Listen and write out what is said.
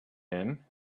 him